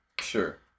Sure